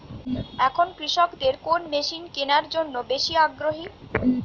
এখন কৃষকদের কোন মেশিন কেনার জন্য বেশি আগ্রহী?